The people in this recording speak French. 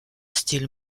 style